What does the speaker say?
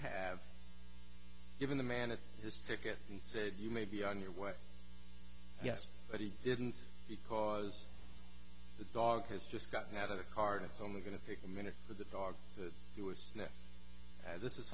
have given the man at his ticket he said you may be on your way yes but he didn't because the dog has just gotten out of the car and only going to take a minute for the dog to do a sniff as this is